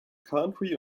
country